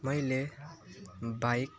मैले बाइक